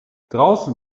draußen